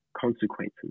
consequences